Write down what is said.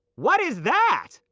what is that!